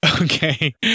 okay